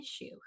issue